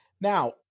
Now